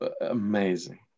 amazing